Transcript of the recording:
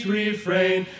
refrain